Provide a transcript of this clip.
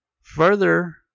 Further